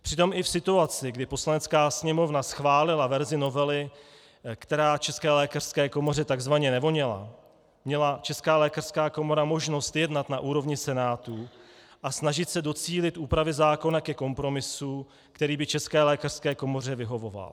Přitom i v situaci, kdy Poslanecká sněmovna schválila verzi novely, která České lékařské komoře tzv. nevoněla, měla Česká lékařská komora možnost jednat na úrovni Senátu a snažit se docílit úpravy zákona ke kompromisu, který by České lékařské komoře vyhovoval.